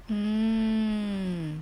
mm